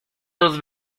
dos